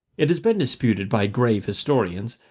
it has been disputed by grave historians,